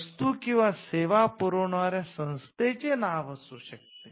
वस्तू किंवा सेवा पुरवणाऱ्या संस्थेचे नाव असू शकते